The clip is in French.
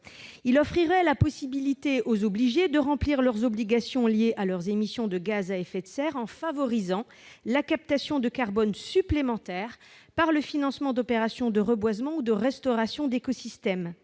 offrirait la possibilité aux obligés de remplir leurs obligations liées à leurs émissions de gaz à effet de serre, en favorisant la captation de carbone supplémentaire par le financement de reboisement ou de restauration d'écosystèmes.